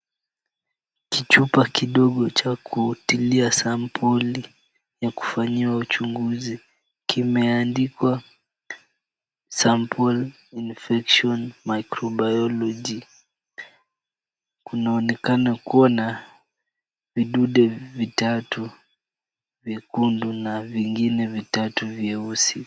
Kichupa kidogo cha kutilia sampuli ya kufanyia uchunguzi kimeandikwa sample infection microbiology. Kunaonekana kuwa na vidude vitatu vyekundu na vingine vitatu vyeusi.